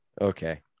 Okay